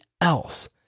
else